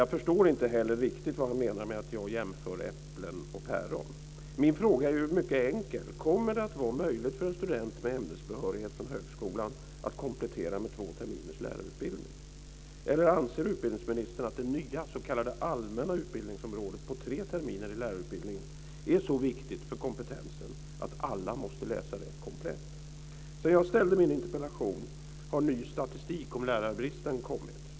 Jag förstår inte heller riktigt vad han menar med att jag jämför äpplen och päron. Min fråga är mycket enkel. Kommer det att vara möjligt för en student med ämnesbehörighet från högskolan att komplettera med två terminers lärarutbildning, eller anser utbildningsministern att det nya s.k. allmänna utbildningsområdet på tre terminer i lärarutbildningen är så viktigt för kompetensen att alla måste läsa det komplett? Sedan jag ställde min interpellation har ny statistik om lärarbristen kommit.